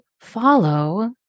follow